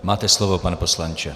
Máte slovo, pane poslanče.